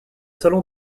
salon